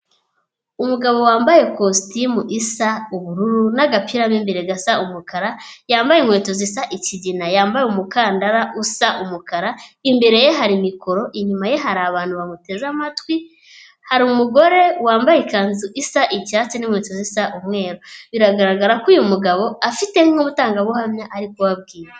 Umugabo wambaye kositimu isa ubururu, n'agapira mo imbere gasa umukara, yambaye inkweto zisa ikigina, yambaye umukandara usa umukara, imbere ye hari mikoro, inyuma ye hari abantu bamuteze amatwi, hari umugore wambaye ikanzu isa icyatsi n'inkweto zisa umweru. Biragaragara ko uyu mugabo afite nk'umutangabuhamya ari kubabwira.